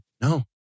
No